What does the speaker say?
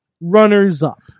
runners-up